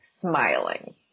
smiling